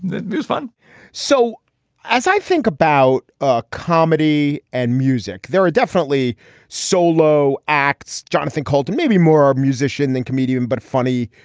that was fun so as i think about ah comedy and. music there are definitely solo acts. jonathan coulton may be more our musician than comedian, but funny.